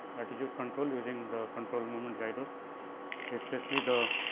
attitude control using the control moment gyros especially the